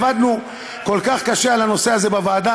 עבדנו כל כך קשה על הנושא הזה בוועדה,